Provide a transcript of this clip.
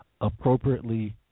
appropriately